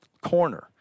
corner